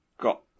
got